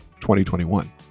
2021